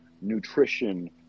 nutrition